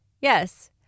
Yes